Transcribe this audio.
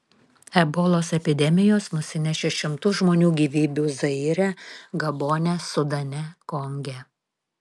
ebolos epidemijos nusinešė šimtus žmonių gyvybių zaire gabone sudane konge